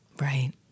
Right